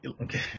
okay